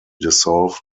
dissolved